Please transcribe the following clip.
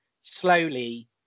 slowly